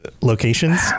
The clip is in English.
locations